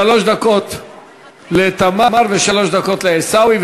שלוש דקות לתמר ושלוש דקות לעיסאווי,